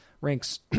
ranks